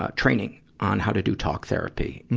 ah training on how to do talk therapy.